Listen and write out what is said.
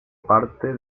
parte